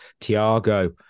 Tiago